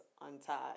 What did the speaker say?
untied